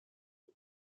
for